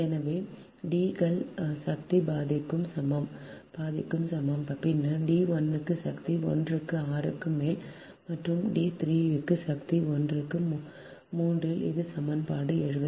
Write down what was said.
எனவே D கள் சக்தி பாதிக்கு சமம் பின்னர் d1 க்கு சக்தி 1 க்கு 6 க்கு மேல் மற்றும் d3 க்கு சக்தி 1 க்கு மூன்றில் இது சமன்பாடு 74